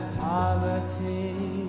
poverty